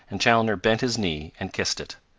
and chaloner bent his knee and kissed it.